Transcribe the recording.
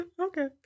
Okay